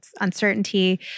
uncertainty